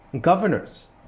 governors